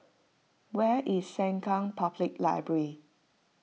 where is Sengkang Public Library